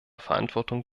verantwortung